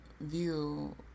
view